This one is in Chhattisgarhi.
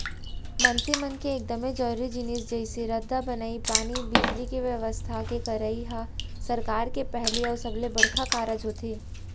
मनसे मन के एकदमे जरूरी जिनिस जइसे रद्दा बनई, पानी, बिजली, के बेवस्था के करई ह सरकार के पहिली अउ सबले बड़का कारज होथे